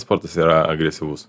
sportas yra agresyvus